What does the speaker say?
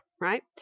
right